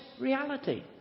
reality